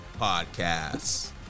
podcasts